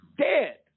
dead